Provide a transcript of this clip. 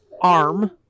arm